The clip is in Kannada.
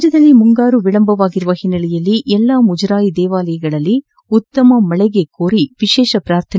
ರಾಜ್ಯದಲ್ಲಿ ಮುಂಗಾರು ವಿಳಂಬವಾಗಿರುವ ಹಿನ್ನೆಲೆಯಲ್ಲಿ ಎಲ್ಲ ಮುಜರಾಯಿ ದೇವಾಲಯಗಳಲ್ಲಿ ಉತ್ತಮ ಮಳೆಗೆ ಕೋರಿ ವಿಶೇಷ ಪ್ರಾರ್ಥನೆ